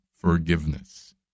forgiveness